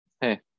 hey